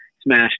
smash